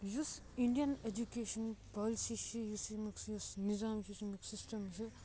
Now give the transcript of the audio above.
یُس Indian education policy چھِ یُس یمیُک یُس نظام یُس اَمیُک سِسٹم چھُ